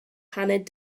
paned